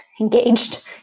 engaged